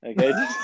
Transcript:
Okay